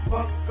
Fuck